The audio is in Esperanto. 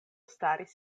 staris